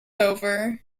over